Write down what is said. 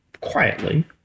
quietly